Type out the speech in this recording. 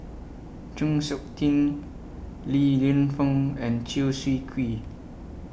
Chng Seok Tin Li Lienfung and Chew Swee Kee